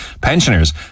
Pensioners